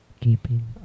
keeping